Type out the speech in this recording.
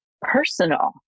personal